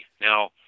now